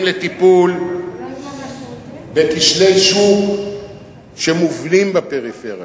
לטיפול בכשלי שוק שמובנים בפריפריה.